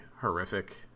horrific